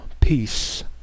Peace